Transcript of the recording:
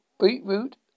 beetroot